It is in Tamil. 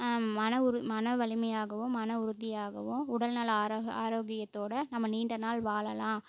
மன மன வலிமையாகவும் மன உறுதியாகவும் உடல்நல ஆரோக்கியத்தோடு நம்ம நீண்ட நாள் வாழலாம்